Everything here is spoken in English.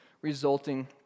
resulting